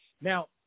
Now